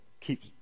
keep